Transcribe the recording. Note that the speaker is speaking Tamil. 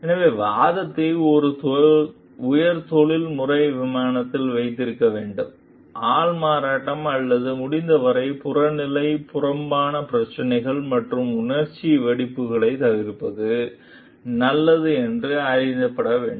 எனவே வாதத்தை ஒரு உயர் தொழில்முறை விமானத்தில் வைத்திருக்க வேண்டும் ஆள்மாறாட்டம் மற்றும் முடிந்தவரை புறநிலை புறம்பான பிரச்சினைகள் மற்றும் உணர்ச்சி வெடிப்புகளைத் தவிர்ப்பது நல்லது என்று அறிவுறுத்தப்பட வேண்டும்